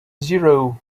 zero